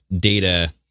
data